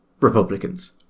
Republicans